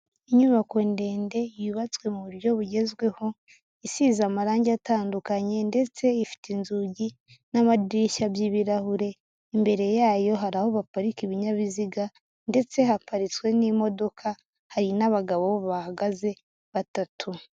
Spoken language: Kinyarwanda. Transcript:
Inyubako ndende yubatswe mu buryo bugezweho isize amarange atandukanye ndetse ifite inzugi n'amadirishya by'ibirahure, imbere yayo hari aho baparika ibinyabiziga ndetse haparitswe n'imodoka hari n'abagabo bahahagaze batatu.